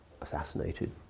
assassinated